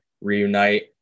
reunite